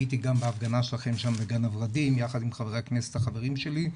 הייתי גם בהפגנה שלכן שם בגן הוורדים יחד עם חברי הכנסת החברים שלי,